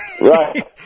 Right